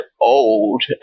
old